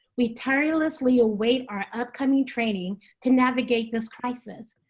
we tirelessly await our upcoming training to navigate this crisis,